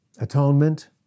Atonement